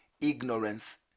Ignorance